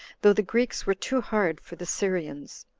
though the greeks were too hard for the syrians.